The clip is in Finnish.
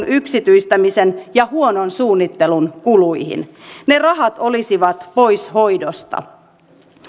yksityistämisen ja huonon suunnittelun kuluihin ne rahat olisivat pois hoidosta